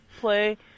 play